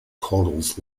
corals